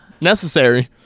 necessary